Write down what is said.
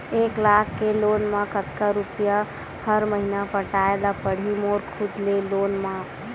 एक लाख के लोन मा कतका रुपिया हर महीना पटाय ला पढ़ही मोर खुद ले लोन मा?